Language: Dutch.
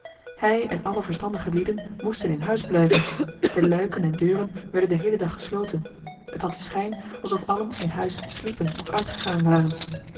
hij en alle verstandige lieden moesten in huis blijven de luiken en deuren werden den heelen dag gesloten het had den schijn alsof allen in huis sliepen of uitgegaan waren